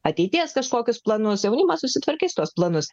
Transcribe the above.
ateities kažkokius planus jaunimas susitvarkys tuos planus